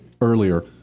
earlier